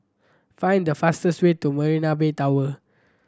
find the fastest way to Marina Bay Tower